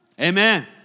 Amen